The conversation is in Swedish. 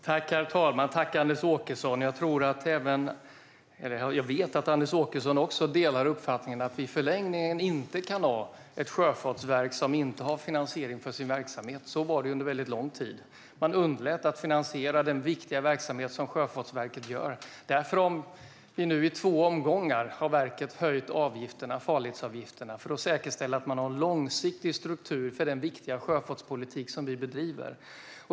Herr talman! Tack för frågan, Anders Åkesson! Jag vet att Anders Åkesson delar uppfattningen att vi i förlängningen inte kan ha ett sjöfartsverk som inte har finansiering för sin verksamhet. Så var det under lång tid. Man underlät att finansiera Sjöfartsverkets viktiga verksamhet. Därför har verket nu höjt farledsavgifterna i två omgångar, för att säkerställa att man har en långsiktig struktur för den viktiga sjöfartspolitik som vi bedriver.